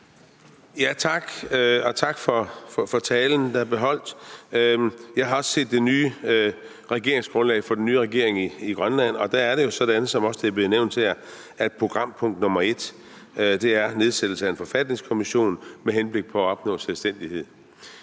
tak for talen, der blev holdt. Jeg har også set det nye regeringsgrundlag for den nye regering i Grønland, og der er det jo sådan, som det også er blevet nævnt, at programpunkt nr. 1 er nedsættelse af en forfatningskommission med henblik på at opnå selvstændighed.